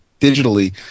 digitally